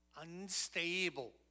unstable